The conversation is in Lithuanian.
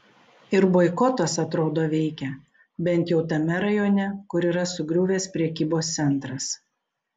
ir boikotas atrodo veikia bent jau tame rajone kur yra sugriuvęs prekybos centras